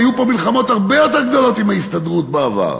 היו פה מלחמות הרבה יותר גדולות עם ההסתדרות בעבר.